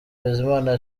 bizimana